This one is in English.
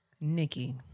Nikki